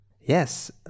Yes